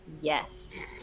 Yes